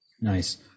nice